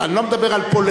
אני לא מדבר על פולש,